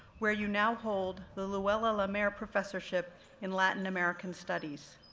where you now hold the luella lamer professorship in latin american studies.